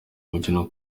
mukino